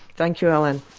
thank you, alan.